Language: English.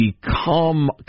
become